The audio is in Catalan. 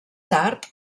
tard